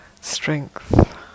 strength